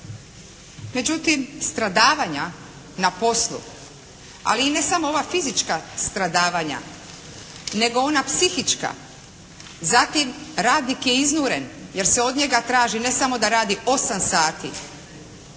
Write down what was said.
Međutim, stradavanja na poslu, ali i ne samo ova fizička stradavanja nego ona psihička, zatim radnik je iznuren jer se od njega traži ne samo da radi 8 sati,